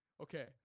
Okay